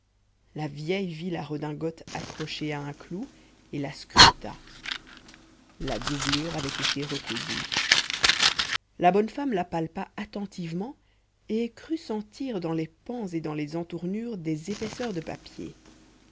la vieille vit la redingote accrochée à un clou et la scruta la doublure avait été recousue la bonne femme la palpa attentivement et crut sentir dans les pans et dans les entournures des épaisseurs de papier